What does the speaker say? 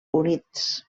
units